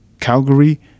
Calgary